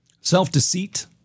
Self-deceit